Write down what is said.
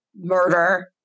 murder